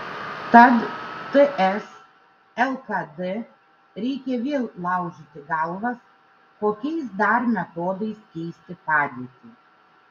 tad ts lkd reikia vėl laužyti galvas kokiais dar metodais keisti padėtį